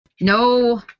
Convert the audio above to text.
no